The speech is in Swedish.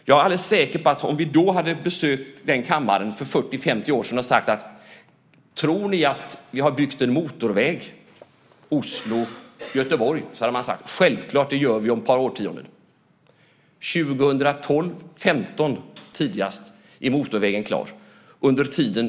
Jag är alldeles säker på att om vi hade besökt den kammaren för 40-50 år sedan och frågat om man trodde att vi skulle bygga en motorväg Oslo-Göteborg, så hade man sagt: Självklart, det gör vi om ett par årtionden. Tidigast 2012-2015 är motorvägen klar.